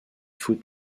foot